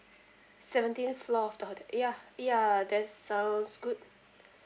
seventeenth floor of the hotel ya ya that's sounds good